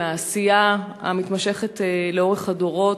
מהעשייה המתמשכת לאורך הדורות.